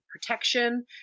protection